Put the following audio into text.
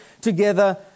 together